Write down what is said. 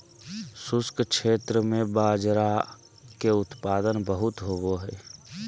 शुष्क क्षेत्र में बाजरा के उत्पादन बहुत होवो हय